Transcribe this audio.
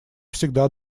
всегда